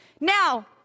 Now